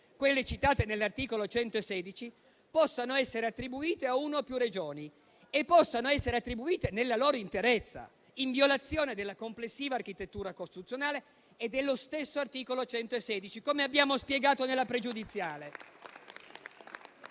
materie citate nell'articolo 116 possano essere attribuite a una o più Regioni nella loro interezza, in violazione della complessiva architettura costituzionale e dello stesso articolo 116, come abbiamo spiegato nella questione pregiudiziale.